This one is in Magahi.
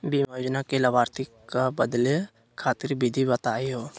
बीमा योजना के लाभार्थी क बदले खातिर विधि बताही हो?